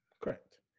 Correct